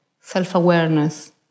self-awareness